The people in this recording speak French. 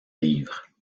livres